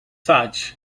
such